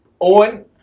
Owen